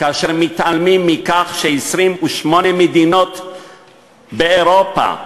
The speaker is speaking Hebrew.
כאשר מתעלמים מכך ש-28 מדינות באירופה,